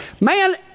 Man